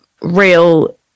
real